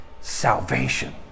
Salvation